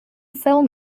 film